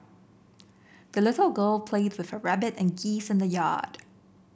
the little girl played with her rabbit and geese in the yard